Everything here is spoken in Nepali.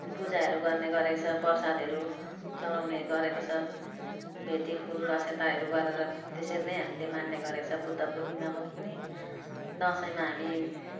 अनि पूजाहरू गर्ने गरेको छ प्रसादहरू चढाउने गरेको छ भेटी फुल अक्षताहरू गरेर त्यसरी नै हामीले मान्ने गरेको छ बुद्ध पूर्णिमामा पनि दसैँमा हामी